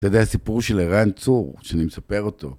אתה יודע, הסיפור של ערן צור, כשאני מספר אותו...